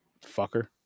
Fucker